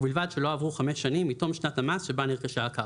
ובלבד שלא עברו חמש שנים מתום שנת המס שבה נרכשה הקרקע,